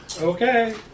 Okay